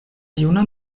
juna